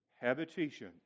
habitation